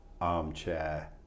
armchair